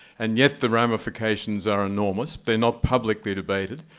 and yet the ramifications are enormous. they're not publicly debated.